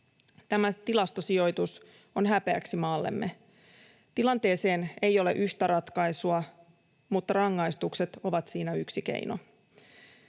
Tämä tilastosijoitus on häpeäksi maallemme. Tilanteeseen ei ole yhtä ratkaisua, mutta rangaistukset ovat siinä yksi keino.